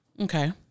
Okay